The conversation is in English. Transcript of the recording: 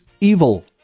evil